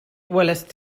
welaist